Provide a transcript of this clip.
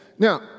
Now